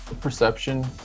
perception